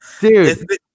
dude